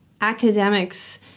academics